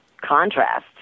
contrast